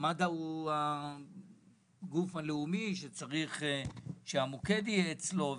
שמד"א הוא הגוף הלאומי שצריך שהמוקד יהיה אצלו,